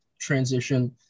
transition